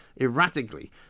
erratically